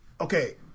Okay